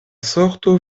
sorto